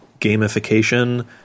gamification